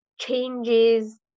changes